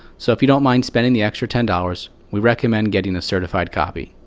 so if you don't mind spending the extra ten dollars, we recommend getting a certified copy.